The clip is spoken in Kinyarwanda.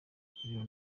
ibiro